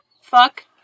Fuck